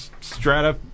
strata